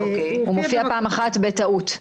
הוא הופיע פעם אחת בטעות.